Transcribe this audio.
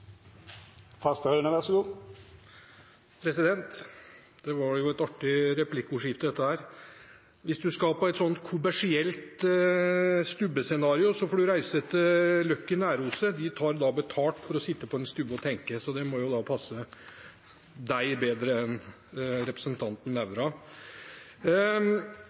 var jo et artig replikkordskifte. Hvis du vil ha et kommersielt stubbescenario, får du reise til Lucky Næroset. De tar betalt for å sitte på en stubbe og tenke, så det må jo passe deg bedre enn representanten Nævra.